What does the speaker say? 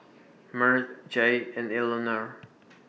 Merle Jaye and Elinore